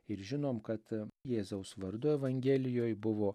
ir žinom kad jėzaus vardu evangelijoj buvo